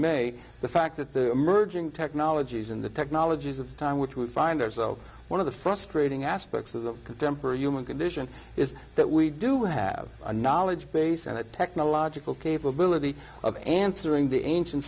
may the fact that the emerging technologies in the technologies of the time which we find are so one of the frustrating aspects of the contemporary human condition is that we do have a knowledge base and a technological capability of answering the ancient